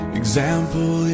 example